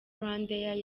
rwandair